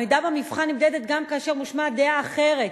העמידה במבחן נמדדת גם כאשר מושמעת דעה אחרת,